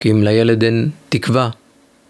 כי אם לילד אין תקווה...